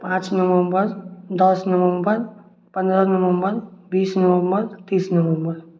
पाँच नवम्बर दश नवम्बर पंद्रह नवम्बर बीस नवम्बर तीस नवम्बर